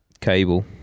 cable